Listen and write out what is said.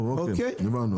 טוב, גמרנו.